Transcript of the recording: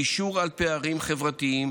גישור על פערים חברתיים